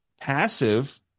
passive